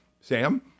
Sam